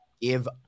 give